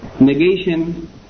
Negation